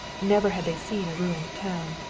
never had they seen a ruined town.